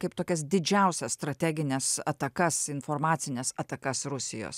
kaip tokias didžiausias strategines atakas informacines atakas rusijos